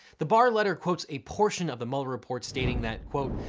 the barr letter quotes a portion of the mueller report stating that, quote,